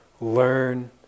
learn